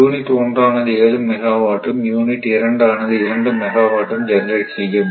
unit 1 ஆனது 7 மெகாவாட்டும் unit 2 ஆனது 2 மெகாவாட்டும் ஜெனரேட் செய்யும்